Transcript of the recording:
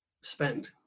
spend